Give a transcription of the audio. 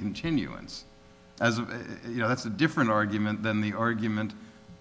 continuance as you know that's a different argument than the argument